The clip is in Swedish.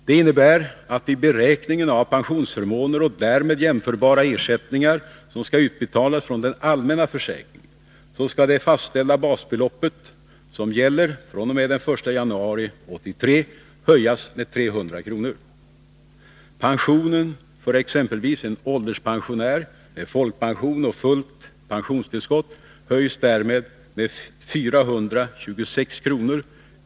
Det innebär att vid beräkning av pensionsförmåner och därmed jämförbara ersättningar som skall utbetalas från den allmänna försäkringen skall till det basbelopp som fastställts att gälla från den 1 januari 1983 läggas 300 kr. Pensionen för exempelvis en ålderspensionär med folkpension och fullt pensionstillskott höjs därmed med 426 kr.